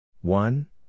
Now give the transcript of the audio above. One